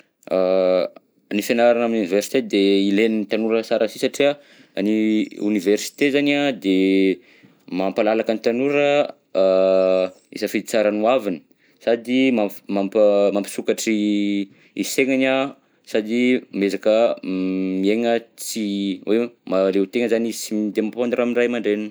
Ny fianarana amin'ny université de ilain'ny tanora sara si satria ny oniversite zany an de mampalalaka ny tanora a hisafidy tsara ny ho aviny, sady mampifa- mampa- mampisokatry i saignany an, sady miezaka m-miaigna tsy hoe mahaleo tegna zany izy sy de midependre amin'ny ray aman-dreniny.